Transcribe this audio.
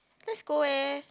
let's go eh